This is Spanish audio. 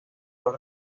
los